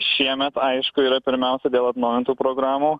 šiemet aišku yra pirmiausia dėl atnaujintų programų